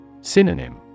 Synonym